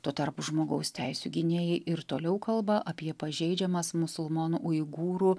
tuo tarpu žmogaus teisių gynėjai ir toliau kalba apie pažeidžiamas musulmonų uigūrų